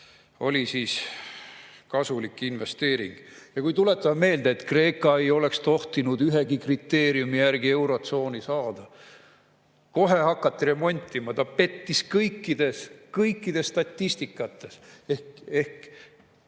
oli siis kasulik investeering. Ja kui tuletame meelde, et Kreeka ei oleks tohtinud ühegi kriteeriumi järgi eurotsooni saada. Kohe hakati remontima. Ta pettis kõikides statistikates. Ehk